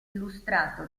illustrato